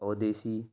Odissi